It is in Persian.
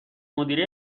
مدیره